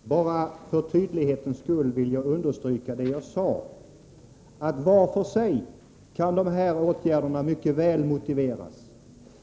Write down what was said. Fru talman! För tydlighetens skull vill jag understryka det jag tidigare sade: Var för sig kan dessa åtgärder mycket väl motiveras,